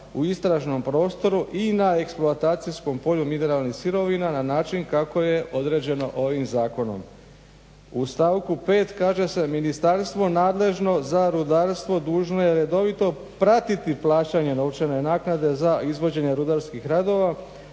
u istražnom prostoru i na eksploatacijskom polju mineralnih sirovina na način kako je određeno ovim zakonom. U stavku 5. kaže se: "Ministarstvo nadležno za rudarstvo dužno je redovito pratiti plaćanje novčane naknade za izvođenje rudarskih radova,